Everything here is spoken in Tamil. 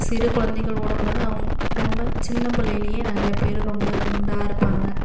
சிறு குழந்தைகள் ஓடும்போது அவங் ரொம்ப சின்ன பிள்ளைலியே நிறைய பேர் ரொம்ப குண்டாக இருப்பாங்க